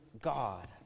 God